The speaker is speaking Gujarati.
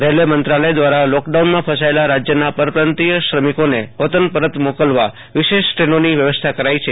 રેલ્વે મંત્રાલય દવારા લોકડાઉનમાં ફસાયેલા રાજયના પરપ્રાંતિયશ્રમિકોને વતન પરત મોકલવા વિશેષ ટ્રેનોની વ્યવસ્થા કરાઈ છે